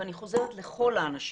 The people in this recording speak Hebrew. ואני חוזרת לכל האנשים,